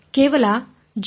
ಕೇವಲ g